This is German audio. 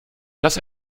das